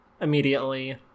immediately